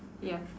ya